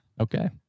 Okay